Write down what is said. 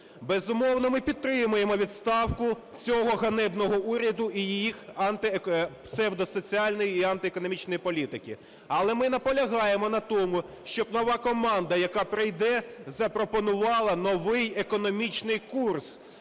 Безумовно, ми підтримаємо відставку цього ганебного уряду і їх псевдосоціальної і антиекономічної політики. Але ми наполягаємо на тому, щоб нова команда, яка прийде, запропонувала новий економічний курс,